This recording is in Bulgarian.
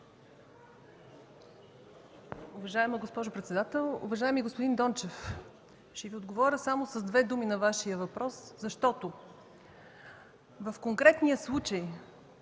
Уважаема госпожо председател! Уважаеми господин Дончев, ще отговоря с две думи на Вашия въпрос, защото в конкретния случай,